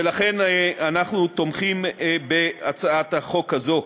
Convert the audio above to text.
ולכן אנחנו תומכים בהצעת החוק הזו,